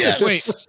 Wait